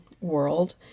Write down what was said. world